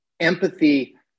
empathy